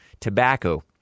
Tobacco